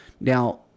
Now